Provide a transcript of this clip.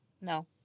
No